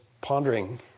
pondering